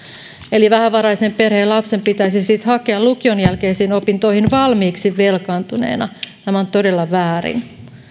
eli vähävaraisen perheen lapsen pitäisi siis hakea lukion jälkeisiin opintoihin valmiiksi velkaantuneena tämä on todella väärin